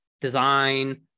design